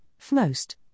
FMOST